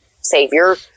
Savior